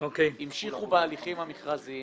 בוקר טוב, אני מתכבד לפתוח את ישיבת ועדת הכספים.